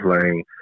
playing